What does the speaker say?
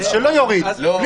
אז שלא יוריד.